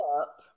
up